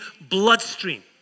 bloodstream